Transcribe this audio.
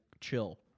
chill